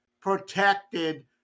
protected